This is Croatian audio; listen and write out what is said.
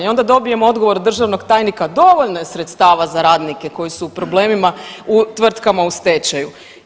I onda dobijem odgovor od državnog tajnika dovoljno je sredstva za radnike koji su u problemima u tvrtkama u stečaju.